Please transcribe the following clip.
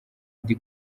ndi